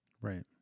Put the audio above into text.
right